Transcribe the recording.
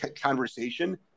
conversation